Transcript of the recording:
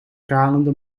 kalende